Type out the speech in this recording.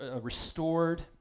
restored